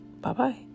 Bye-bye